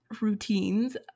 Routines